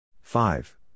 Five